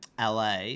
LA